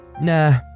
nah